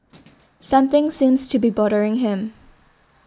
something seems to be bothering him